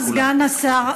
אמר סגן השר,